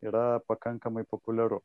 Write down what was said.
yra pakankamai populiaru